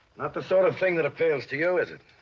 not the sort of thing that appeals to you, is it?